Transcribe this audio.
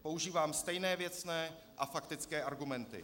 Používám stejné věcné a faktické argumenty.